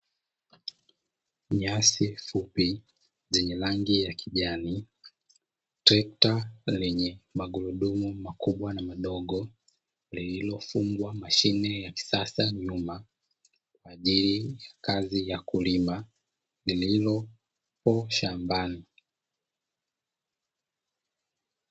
Nyasi fupi zenye rangi ya kijani, trekta lenye magurudumu makubwa na madogo lililofungwa mashine ya kisasa nyuma kwa ajili ya kazi ya kulima lililopo shambani.